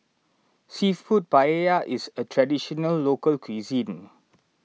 Seafood Paella is a Traditional Local Cuisine